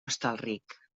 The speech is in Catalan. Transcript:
hostalric